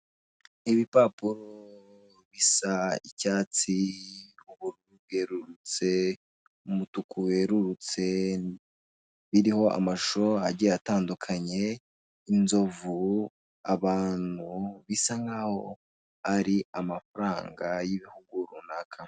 ibipapuro bisa icyatsi, ubururu bwerurutse umutuku werurutse birimo amashusho agiye atandukanye inzovu abantu bisa nkaho ari amafaranga y'ibihugu runaka.